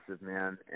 man